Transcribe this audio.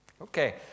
Okay